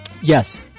Yes